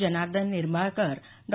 Janardan Nimbalkar Dr